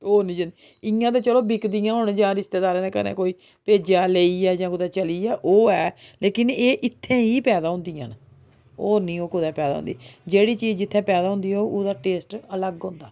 होर इ'यां ते चलो बिकदियां होन जां रिश्तेदारें घरें कोई भेजेआ लेई गेआ जां कुतै चली गेआ ओह् ऐ लेकिन एह् इत्थै ही पैदा होंदियां न होर नी ओह् कुदै पैदा होंदी जेह्ड़ी चीज़ जित्थै पैदा होंदी होऐ ओह्दा टेस्ट अलग होंदा